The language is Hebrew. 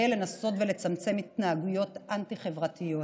לנסות ולצמצם התנהגויות אנטי-חברתיות.